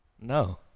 No